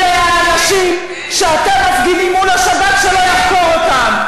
אלה האנשים שאתם מפגינים מול השב"כ שלא יחקור אותם.